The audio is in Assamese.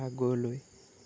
আগলৈ